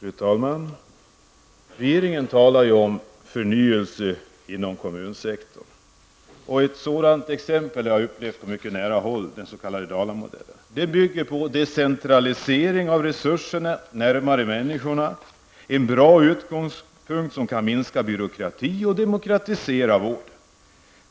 Fru talman! Regeringen talar om förnyelse inom kommunsektorn. Ett sådant exempel har jag upplevt på mycket nära håll, den s.k. Dalamodellen. Den bygger på decentralisering av resurserna, så att de kommer närmare människorna. Det är en bra utgångspunkt, som kan minska byråkratin och demokratisera vården.